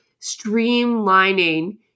streamlining